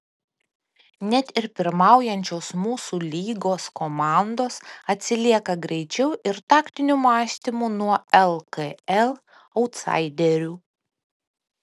net ir pirmaujančios mūsų lygos komandos atsilieka greičiu ir taktiniu mąstymu nuo lkl autsaiderių